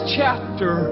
chapter